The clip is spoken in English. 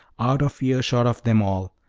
out of earshot of them all,